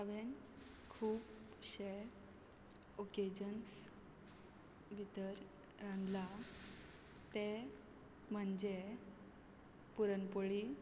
हांवेन खुबशे ओकेजन्स भितर रांदला ते म्हणजे पुरण पोळी